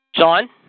John